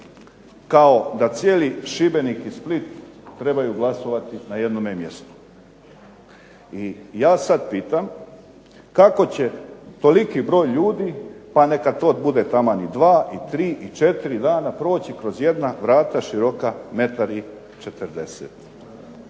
kao da cijeli Šibenik i Split trebaju glasovati na jednome mjestu i ja sad pitam kako će toliki broj ljudi, pa neka to bude taman i dva i tri i četiri dana proći kroz jedna vrata široka metar i